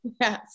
Yes